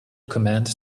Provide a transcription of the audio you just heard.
command